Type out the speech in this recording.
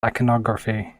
iconography